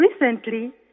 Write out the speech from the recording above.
recently